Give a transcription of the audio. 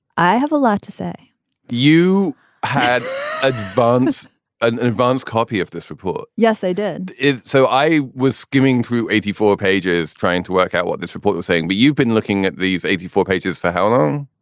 i have a lot to say you had a bomb's an advance copy of this report. yes, i did. so i was skimming through eighty four pages, trying to work out what this report was saying. but you've been looking at these eighty four pages for how long?